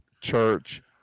church